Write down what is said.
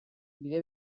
bide